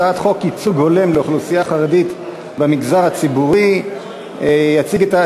הצעת חוק ייצוג הולם לאוכלוסייה החרדית במגזר הציבורי (תיקוני חקיקה),